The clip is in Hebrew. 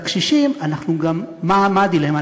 לקשישים, אנחנו גם, מה הדילמה?